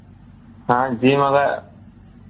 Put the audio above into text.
हाँ जी मगर